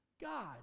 God